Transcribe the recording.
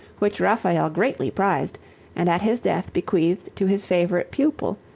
which raphael greatly prized and at his death bequeathed to his favorite pupil,